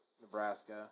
Nebraska